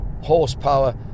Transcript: horsepower